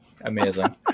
amazing